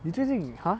你最近 !huh!